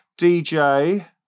DJ